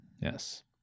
Yes